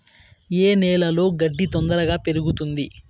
ఏ నేలలో గడ్డి తొందరగా పెరుగుతుంది